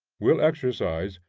will exercise,